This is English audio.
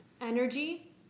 energy